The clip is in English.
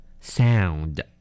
Sound